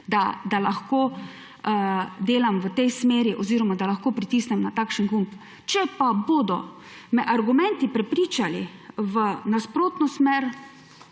da lahko delam v tej smeri oziroma da lahko pritisnem na takšen gumb. Če pa me bodo argumenti prepričali v nasprotno smer,